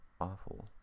awful